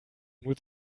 nur